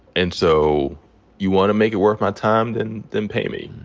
and so you want to make it worth my time? then then pay me.